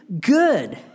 good